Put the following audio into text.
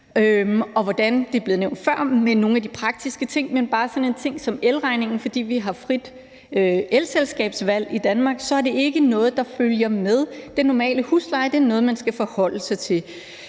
Og ligesom det, der er blevet nævnt før med alle de praktiske ting, er der bare sådan en ting som elregningen, og fordi vi har frit elselskabsvalg i Danmark, er det ikke noget, der følger med den normale husleje, men det er noget, man skal forholde sig til.